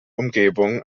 umgebung